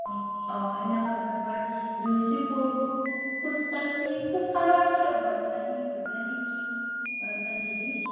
অঁ অঁ সেনে কৰিব আৰু বৰ জুই চুই পুৱাব আৰু খোজকাঢ়িলে খোজকাঢ়িব পাৰিব দিয়ক গৰমপানী দি ভৰি দুখন সেকি গৰমপানী দি